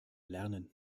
lernen